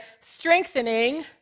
strengthening